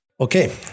Okay